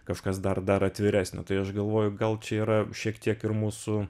kažkas dar dar atviresnio tai aš galvoju gal čia yra šiek tiek ir mūsų